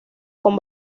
con